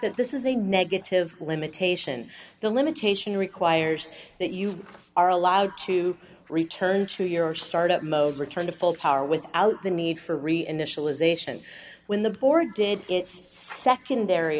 that this is a negative limitation the limitation requires that you are allowed to return to your start up mode return to full power without the need for re initialization when the board did its secondary